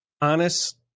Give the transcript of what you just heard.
honest